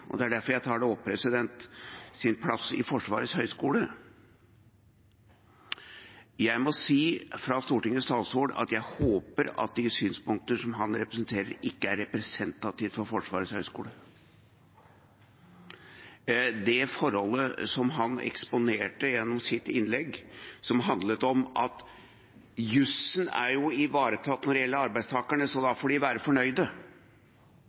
og det er derfor jeg tar det opp – sin plass i Forsvarets høgskole, og da må jeg fra Stortingets talerstol si at jeg håper de synspunkter som han representerer, ikke er representative for Forsvarets høgskole. Det forholdet han eksponerte gjennom sitt innlegg, handlet om at jussen er ivaretatt når det gjelder arbeidstakerne, så da får de være fornøyde.